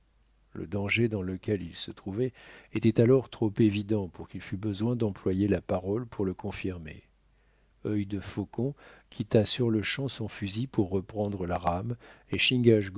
le danger dans lequel ils se trouvaient était alors trop évident pour qu'il fût besoin d'employer la parole pour le confirmer œil de faucon quitta sur-le-champ son fusil pour reprendre la rame